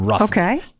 okay